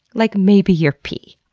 like maybe your pee.